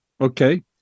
okay